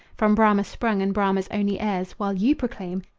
from brahma sprung, and brahma's only heirs, while you proclaim,